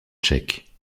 tchèque